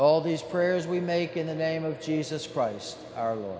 all these prayers we make in the name of jesus christ are